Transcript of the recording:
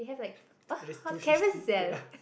which is two fifty ya